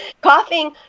Coughing